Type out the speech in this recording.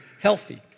healthy